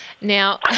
Now